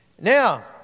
Now